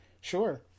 Sure